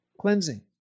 cleansing